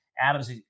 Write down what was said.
Adams –